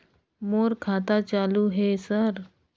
मोर खाता चालु हे सर?